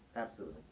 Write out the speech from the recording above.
absolutely.